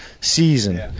season